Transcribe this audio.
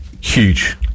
Huge